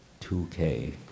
2K